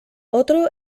otro